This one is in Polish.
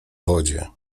wodzie